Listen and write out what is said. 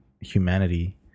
humanity